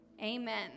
Amen